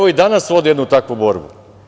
I danas vode jednu takvu borbu.